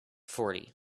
forty